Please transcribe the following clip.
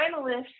finalists